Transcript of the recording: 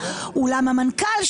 אולם המנכ"ל,